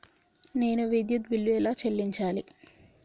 నేను విద్యుత్ బిల్లు ఎలా చెల్లించాలి?